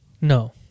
No